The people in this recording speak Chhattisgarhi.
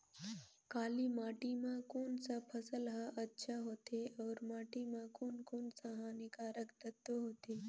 काली माटी मां कोन सा फसल ह अच्छा होथे अउर माटी म कोन कोन स हानिकारक तत्व होथे?